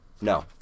no